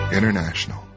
International